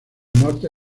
norte